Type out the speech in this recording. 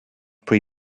pre